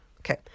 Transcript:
Okay